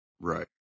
Right